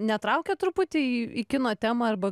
netraukia truputį į į kino temą arba